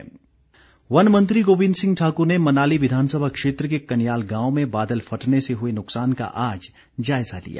गोविंद ठाकुर वन मंत्री गोविंद सिंह ठाकुर ने मनाली विधानसभा क्षेत्र के कन्याल गांव में बादल फटने से हुए नुकसान का आज जायज़ा लिया